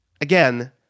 again